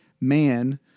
Man